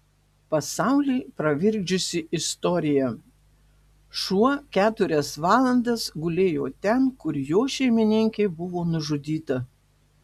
pasaulį pravirkdžiusi istorija šuo keturias valandas gulėjo ten kur jo šeimininkė buvo nužudyta